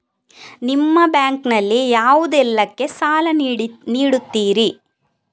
ನಿಮ್ಮ ಬ್ಯಾಂಕ್ ನಲ್ಲಿ ಯಾವುದೇಲ್ಲಕ್ಕೆ ಸಾಲ ನೀಡುತ್ತಿರಿ?